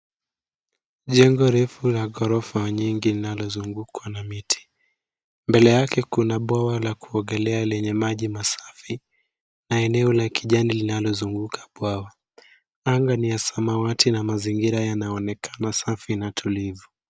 Jengo refu la ghorofa nyingi linalozungukwa na miti. Mbele yake kuna bwawa la kuogelea lenye maji masafi na eneo la kijani linalozunguka bwawa. Anga ni ya samawati na mazingira yanaonekana safi na tulivu.